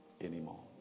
anymore